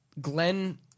Glenn